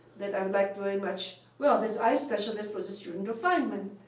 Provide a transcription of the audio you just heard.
that i liked very much. well, this eye specialist was a student of feynman.